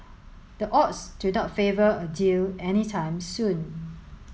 the odds do not favour a deal any time soon